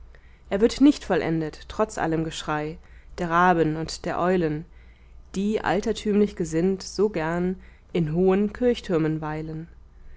er wird nicht vollendet trotz allem geschrei der raben und der eulen die altertümlich gesinnt so gern in hohen kirchtürmen weilen